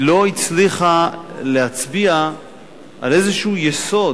היא לא הצליחה להצביע על איזשהו יסוד